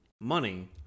money